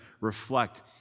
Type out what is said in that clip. reflect